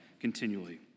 continually